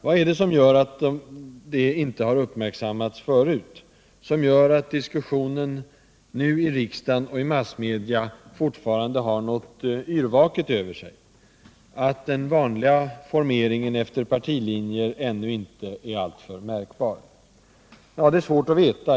Vad är det som gör att det inte har uppmärksammats förut, som gör att diskussionen nu i riksdagen och massmedia fortfarande har något yrvaket över sig, att den vanliga formeringen efter partilinjer ännu inte är alltför märkbar? Det är svårt att veta.